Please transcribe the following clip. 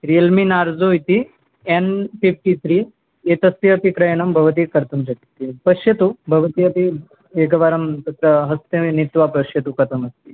Realme Narzo इति N fifty three एतस्य अपि क्रयणं भवती कर्तुं शक्य पश्यतु भवती अपि एकवारं तत्र हस्तेन नीत्वा पश्यतु कथमस्ति